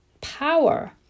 power